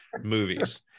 movies